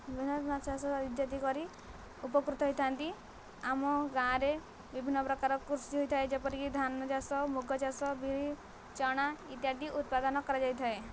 ବିଭିନ୍ନ ମାଛ ଚାଷ ଇତ୍ୟାଦି କରି ଉପକୃତ ହୋଇଥାନ୍ତି ଆମ ଗାଁରେ ବିଭିନ୍ନ ପ୍ରକାର କୃଷି ହୋଇଥାଏ ଯେପରି ଧାନ ଚାଷ ମୁଗ ଚାଷ ବିରି ଚଣା ଇତ୍ୟାଦି ଉତ୍ପାଦନ କରାଯାଇଥାଏ